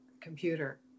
computer